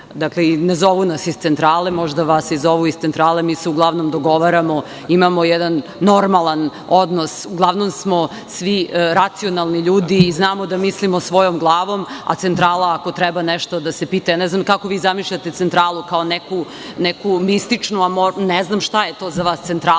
tok. Ne zovu nas iz centrale, možda vas zovu, mi se uglavnom dogovaramo, imamo jedan normalan odnos, uglavnom smo svi racionalni ljudi i znamo da mislimo svojom glavom, a centrala ako treba nešto da se pita, jer ja ne znam kako vi zamišljate centralu, kao neku mističnu, ne znam šta je za vas centrala,